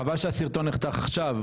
חבל שהסרטון נחתך עכשיו.